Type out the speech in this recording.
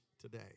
today